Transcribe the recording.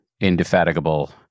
indefatigable